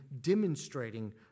demonstrating